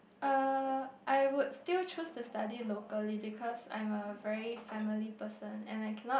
uh I would still choose to study locally because I'm a very family person and I cannot